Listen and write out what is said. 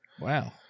wow